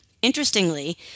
Interestingly